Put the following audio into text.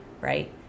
right